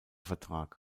vertrag